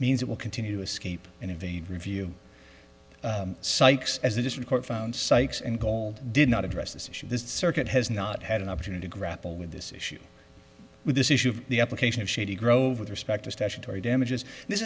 means it will continue to escape and evade review sikes as the district court found sykes and gold did not address this issue this circuit has not had an opportunity to grapple with this issue with this issue of the application of shady grove with respect to statutory damages this